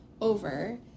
over